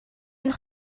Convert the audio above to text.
энэ